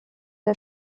der